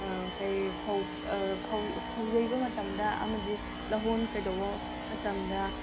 ꯀꯩ ꯐꯧ ꯐꯧ ꯌꯩꯕ ꯃꯇꯝꯗ ꯑꯃꯗꯤ ꯂꯧꯍꯣꯟ ꯀꯩꯗꯧꯕ ꯃꯇꯝꯗ